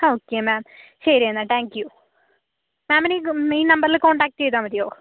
okay ma'am ശരി എന്നാൽ thank you മാമിനെ ഈ നമ്പറില് കോൺടാക്ട് ചെയ്താൽ മതിയോ